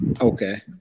Okay